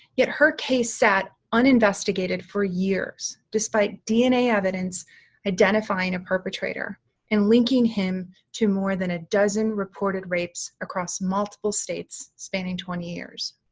yet, her case set uninvestigated for years despite dna evidence identifying her perpetrator and linking him to more than a dozen reported rapes across multiple states spanning twenty years.